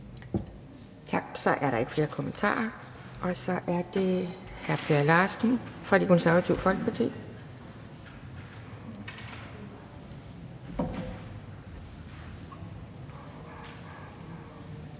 Tak. Så er der ikke flere kommentarer. Og så er det hr. Per Larsen fra Det Konservative Folkeparti.